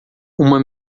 uma